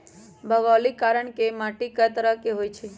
भोगोलिक कारण से माटी कए तरह के होई छई